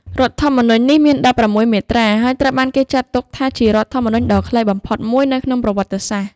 រដ្ឋធម្មនុញ្ញនេះមាន ១៦ មាត្រា ហើយត្រូវបានគេចាត់ទុកថាជារដ្ឋធម្មនុញ្ញដ៏ខ្លីបំផុតមួយនៅក្នុងប្រវត្តិសាស្ត្រ។